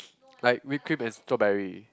like whip cream and strawberry